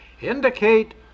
indicate